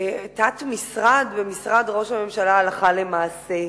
תת-משרד במשרד ראש הממשלה הלכה למעשה.